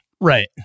Right